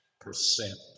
percent